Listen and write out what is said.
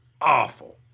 awful